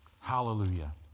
Hallelujah